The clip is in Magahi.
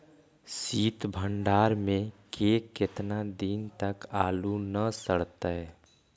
सित भंडार में के केतना दिन तक आलू न सड़तै?